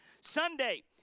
Sunday